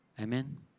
Amen